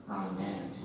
amen